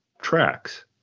tracks